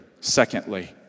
Secondly